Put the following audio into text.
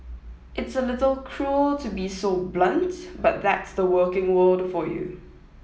it's a little cruel to be so blunt but that's the working world for you